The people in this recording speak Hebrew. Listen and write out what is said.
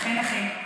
אכן אכן.